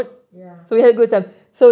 ya